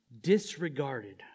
disregarded